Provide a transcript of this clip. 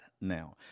now